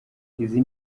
izi